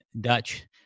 dutch